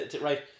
right